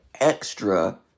extra